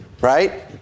Right